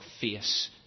face